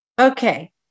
Okay